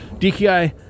DKI